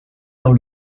dans